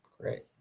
Great